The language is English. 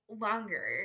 longer